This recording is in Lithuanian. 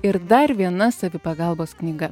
ir dar viena savipagalbos knyga